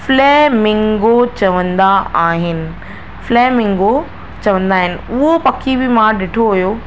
flamingo चवंदा आहिनि flamingo चवंदा आहिनि उहो पखी बि मां ॾिठो हुओ